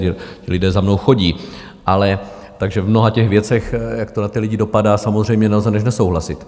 Ti lidé za mnou chodí, takže v mnoha těch věcech, jak to na ty lidi dopadá, samozřejmě nelze než souhlasit.